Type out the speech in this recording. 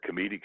comedic